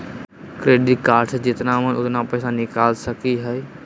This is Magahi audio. डेबिट कार्डबा से जितना मन उतना पेसबा निकाल सकी हय?